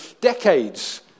decades